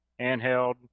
handheld